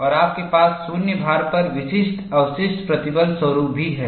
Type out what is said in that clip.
और आपके पास शून्य भार पर विशिष्ट अवशिष्ट प्रतिबल स्वरूप भी है